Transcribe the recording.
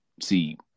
See